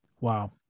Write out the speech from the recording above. Wow